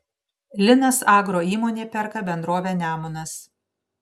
linas agro įmonė perka bendrovę nemunas